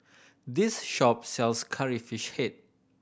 this shop sells Curry Fish Head